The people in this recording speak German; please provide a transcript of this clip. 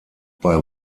bei